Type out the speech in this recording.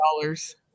dollars